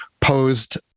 posed